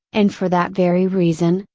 and for that very reason,